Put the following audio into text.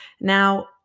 Now